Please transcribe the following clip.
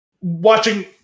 watching